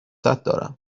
دارم